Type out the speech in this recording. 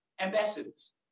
ambassadors